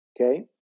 okay